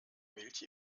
milch